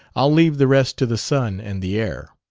i'll leave the rest to the sun and the air.